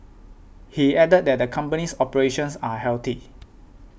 he added that the company's operations are healthy